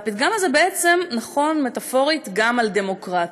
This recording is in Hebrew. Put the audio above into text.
והפתגם הזה בעצם נכון מטפורית גם על דמוקרטיות.